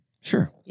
Sure